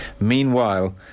Meanwhile